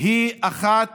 היא אחת